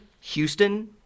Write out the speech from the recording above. Houston